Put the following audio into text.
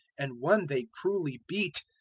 and one they cruelly beat,